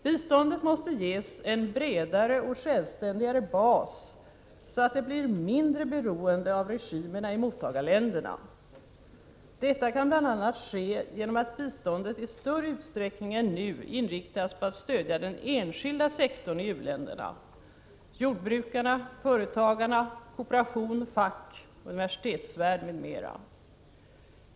Biståndet måste ges en bredare och självständigare bas så att det blir mindre beroende av regimerna i mottagarländerna. Detta kan bl.a. ske genom att biståndet i större utsträckning än nu inriktas på att stödja den enskilda sektorn i u-länderna, jordbrukarna, företagarna, kooperationen, facket, universitetsvärlden m.m.